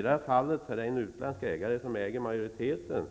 I det här fallet ägs majoriteten av ett